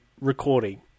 recording